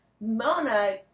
Mona